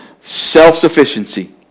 self-sufficiency